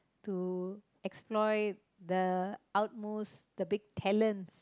to explore the utmost the big talent